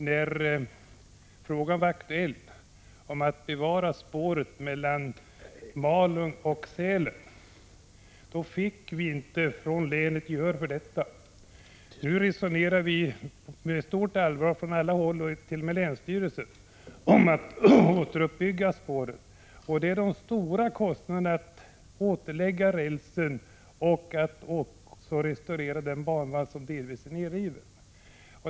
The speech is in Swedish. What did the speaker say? När frågan var aktuell att bevara spåret mellan Malung och Sälen, fick inte länet gehör för sin ståndpunkt. Nu resonerar man med stort allvar på olika håll, t.o.m. i länsstyrelsen, om att återuppbygga spåret, och det är förenat med stora kostnader att återlägga rälsen och att restaurera den banvall som delvis är nedriven.